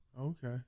Okay